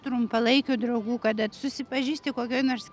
trumpalaikių draugų kada susipažįsti kokioj nors